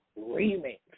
Remix